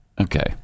Okay